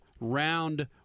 round